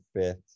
fifth